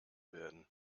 werden